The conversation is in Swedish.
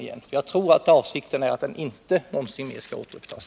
Som det verkar är avsikten att trafiken aldrig någonsin skall återupptas.